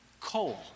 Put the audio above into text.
coal